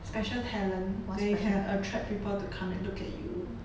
special talent that can attract people to come and look at you